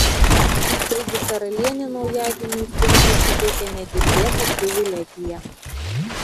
taigi karalienė naujagimiui princui suteikė negirdėtą privilegiją